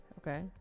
Okay